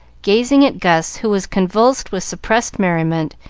gazing at gus, who was convulsed with suppressed merriment,